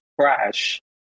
crash